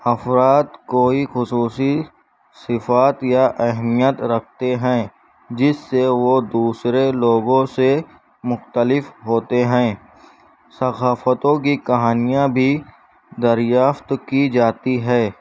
افراد کوئی خصوصی صفات یا اہمیت رکھتے ہیں جس سے وہ دوسرے لوگوں سے مختلف ہوتے ہیں ثقافتوں کی کہانیاں بھی دریافت کی جاتی ہے